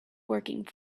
working